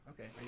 Okay